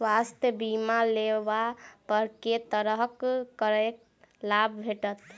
स्वास्थ्य बीमा लेबा पर केँ तरहक करके लाभ भेटत?